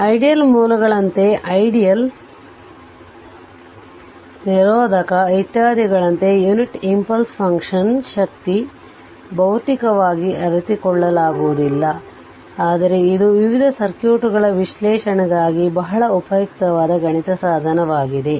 ideal ಮೂಲಗಳಂತೆ ideal ನಿರೋಧಕ ಇತ್ಯಾದಿಗಳಂತೆ ಯುನಿಟ್ ಇಂಪಲ್ಸ್ ಫಂಕ್ಷನ್ನ ಶಕ್ತಿಯು ಭೌತಿಕವಾಗಿ ಅರಿತುಕೊಳ್ಳಲಾಗುವುದಿಲ್ಲ ಆದರೆ ಇದು ವಿವಿಧ ಸರ್ಕ್ಯೂಟ್ಗಳ ವಿಶ್ಲೇಷಣೆಗಾಗಿ ಬಹಳ ಉಪಯುಕ್ತವಾದ ಗಣಿತ ಸಾಧನವಾಗಿದೆ